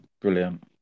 Brilliant